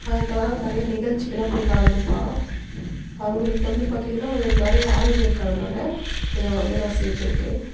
அது தவிர அவள் நிறைய நிகழ்ச்சிக்கலாம் போய் கலந்துப்பாள் அவங்களுக்கு வந்து பார்த்திங்கன்னா அதில் நிறைய ஆர்வம் இருக்கிறதுனால இதை வந்து நான் சேர்த்துருக்கேன்